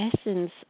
essence